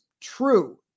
true